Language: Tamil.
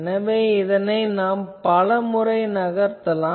எனவே பலமுறை நகர்த்தலாம்